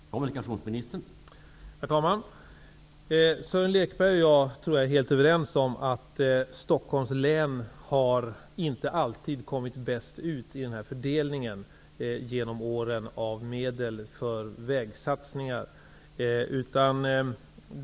Herr talman! Jag tror att Sören Lekberg och jag är helt överens om att Stockholms län genom åren inte alltid har kommit bäst ut i den här fördelningen av medel för vägsatsningar.